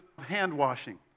hand-washing